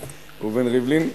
ריבלין.